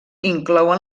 inclouen